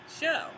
show